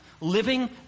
living